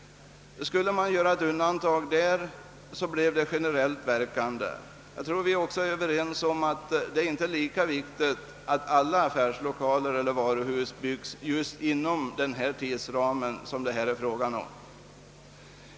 Skulle man göra ett undantag i detta fall, bleve det generellt verkande, Jag tror att vi kan vara överens om att det inte är lika viktigt att alla affärslokaler eller varuhus byggs just under den tidsperiod som det här är fråga om.